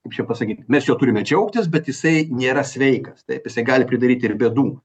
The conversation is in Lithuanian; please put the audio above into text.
kaip čia pasakyt mes juo turime džiaugtis bet jisai nėra sveikas taip jisai gali pridaryti ir bėdų